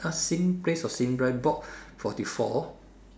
uh Sim place or Sim drive block forty four